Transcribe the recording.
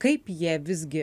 kaip jie visgi